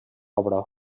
obra